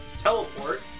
Teleport